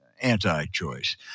anti-choice